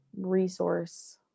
resource